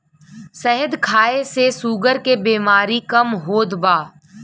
शहद खाए से शुगर के बेमारी कम होत बा